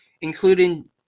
including